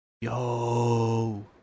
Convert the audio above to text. Yo